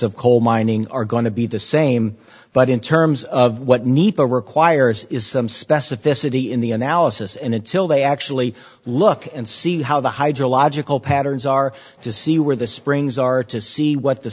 of coal mining are going to be the same but in terms of what needs to requires is some specificity in the analysis and until they actually look and see how the hydrological patterns are to see where the springs are to see what the